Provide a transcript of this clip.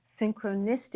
synchronistic